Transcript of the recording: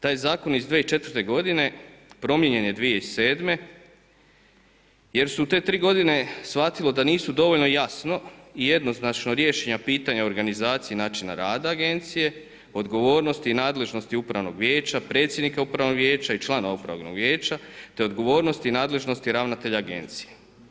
Taj zakon iz 2004. godine promijenjen je 2007. jer se u te tri godine shvatilo da nisu dovoljno jasno i jednoznačno riješena pitanja organizacije i načina rada agencije, odgovornosti i nadležnosti upravnog vijeća, predsjednika upravnog vijeća i člana upravnog vijeća te odgovornosti i nadležnosti ravnatelja agencije.